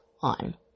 on